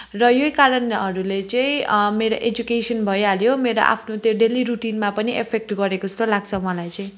र यही कारणहरूले चाहिँ मेरो एजुकेसन भइहाल्यो मेरो आफ्नो त्यो डेली रुटिनमा पनि इफेक्ट गरेको जस्तो लाग्छ मलाई चाहिँ